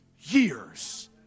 years